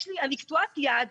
אני קטועת יד.